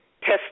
test